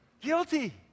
Guilty